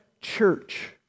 church